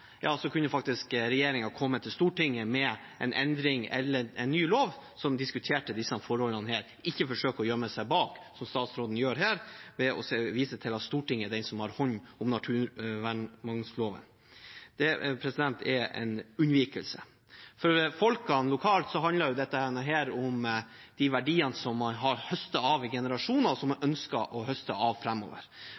kunne regjeringen kommet til Stortinget med en endring eller en ny lov som diskuterte disse forholdene, ikke forsøke å gjemme seg bak, som statsråden gjør her, ved å vise til at det er Stortinget som har hånd om naturmangfoldloven. Det er en unnvikelse. For folkene lokalt handler dette om de verdiene som man har høstet av i generasjoner, og som man